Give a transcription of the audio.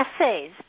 essays